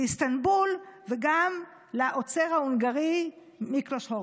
לאיסטנבול וגם לעוצר ההונגרי מיקלוש הורטי.